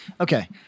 Okay